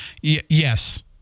yes